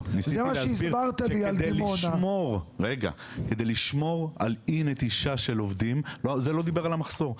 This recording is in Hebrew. ניסיתי להבין שכדי לשמור על אי נטישה של עובדים זה לא דיבר על המחסור,